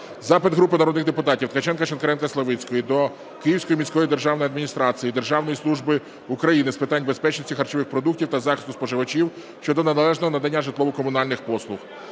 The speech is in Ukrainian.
Запит групи народних депутатів (Ткаченка, Шинкаренка, Славицької) до Київської міської державної адміністрації, Державної служби України з питань безпечності харчових продуктів та захисту споживачів щодо неналежного надання житлового-комунальних послуг.